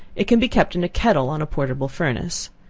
it can be kept in a kettle on a portable furnace.